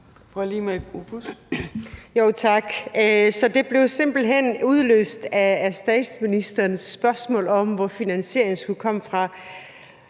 hen udløst af statsministerens spørgsmål om, hvor finansieringen skulle komme fra.